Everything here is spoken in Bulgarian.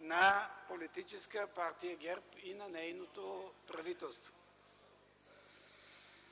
на политическа партия ГЕРБ и на нейното правителството.